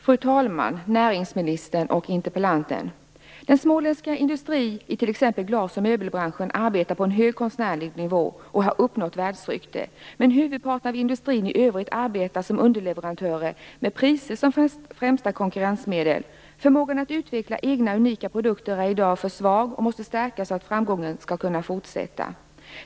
Fru talman! Näringsministern och interpellanten! Den småländska industrin i t.ex. glas och möbelbranschen arbetar på en hög konstnärlig nivå och har uppnått världsrykte. Men huvudparten av industrin i övrigt arbetar som underleverantörer med priser som främsta konkurrensmedel. Förmågan att utveckla egna unika produkter är i dag för svag och måste stärkas för att framgången skall kunna fortsätta.